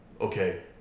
okay